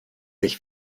sich